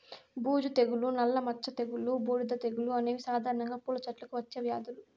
బూజు తెగులు, నల్ల మచ్చ తెగులు, బూడిద తెగులు అనేవి సాధారణంగా పూల చెట్లకు వచ్చే వ్యాధులు